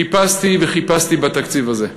חיפשתי וחיפשתי בתקציב הזה.